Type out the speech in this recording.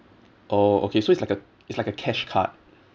oh okay so it's like a it's like a cash card